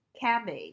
Cabbage